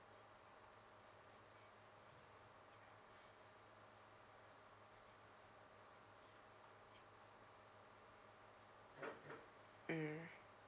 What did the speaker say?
mm